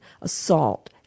assault